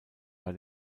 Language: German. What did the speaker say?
bei